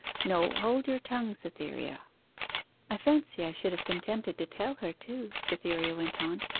no, hold your tongue, cytherea i fancy i should have been tempted to tell her too cytherea went on,